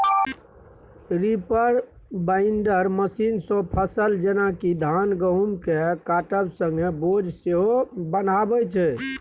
reaper binder मशीनसँ फसल जेना कि धान गहुँमकेँ काटब संगे बोझ सेहो बन्हाबै छै